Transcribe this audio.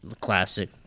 classic